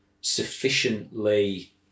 sufficiently